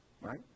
right